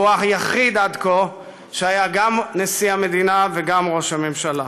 הוא היחיד עד כה שהיה גם נשיא המדינה וגם ראש הממשלה.